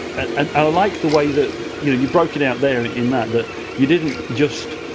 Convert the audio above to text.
and i like the way that you know you broke it out there in that, that you didn't just